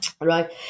right